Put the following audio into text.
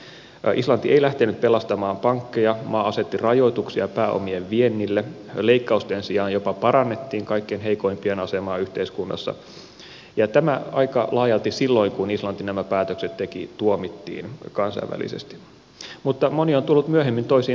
islanti ei lähtenyt pelastamaan pankkeja maa asetti rajoituksia pääomien viennille leikkausten sijaan jopa parannettiin kaikkein heikoimpien asemaa yhteiskunnassa ja tämä aika laajalti silloin kun islanti nämä päätökset teki tuomittiin kansainvälisesti mutta moni on tullut myöhemmin toisiin aatoksiin